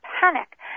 panic